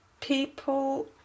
people